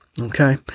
Okay